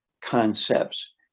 concepts